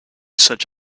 such